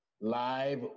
live